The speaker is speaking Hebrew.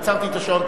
עצרתי את השעון,